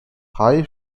tie